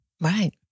Right